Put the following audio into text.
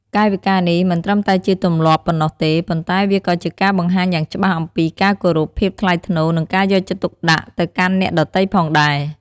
កាយវិការនេះមិនត្រឹមតែជាទម្លាប់ប៉ុណ្ណោះទេ ប៉ុន្តែវាក៏ជាការបង្ហាញយ៉ាងច្បាស់អំពីការគោរព ភាពថ្លៃថ្នូរ និងការយកចិត្តទុកដាក់ទៅកាន់អ្នកដទៃផងដែរ។